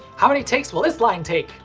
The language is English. how many takes will this line take?